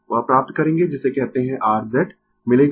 वह प्राप्त करेंगें जिसे कहते है r Z मिलेगा